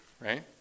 right